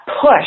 push